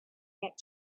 get